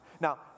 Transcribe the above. Now